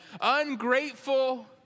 Ungrateful